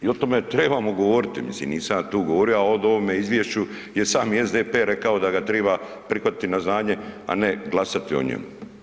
I o tome trebamo govoriti, nisam ja tu govorio, a o ovome izvješću je sami SDP rekao da ga triba prihvatiti na znanje, a ne glasati o njemu.